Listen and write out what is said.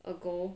ago